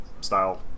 style